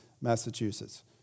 Massachusetts